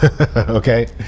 okay